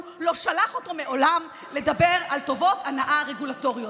לא שלח אותו מעולם לדבר על טובות הנאה רגולטוריות.